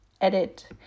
edit